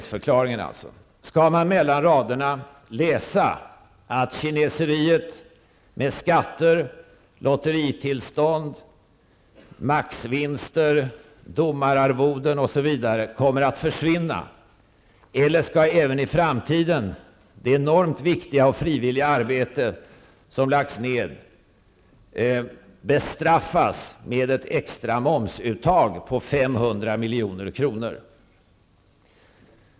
Skall man mellan raderna läsa att kineseriet med skatter, lotteritillstånd, maxvinster, domararvoden osv. kommer att försvinna? Eller skall även i framtiden det enormt viktiga och frivilliga arbete som lagts ner bestraffas med ett extra momsuttag på 500 milj.kr.?